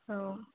औ